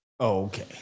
Okay